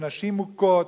שנשים מוכות,